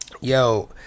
yo